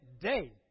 day